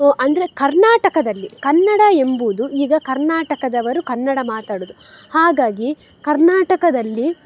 ಅಂದರೆ ಕರ್ನಾಟಕದಲ್ಲಿ ಕನ್ನಡ ಎಂಬುದು ಈಗ ಕರ್ನಾಟಕದವರು ಕನ್ನಡ ಮಾತಾಡೋದು ಹಾಗಾಗಿ ಕರ್ನಾಟಕದಲ್ಲಿ